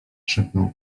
szepnął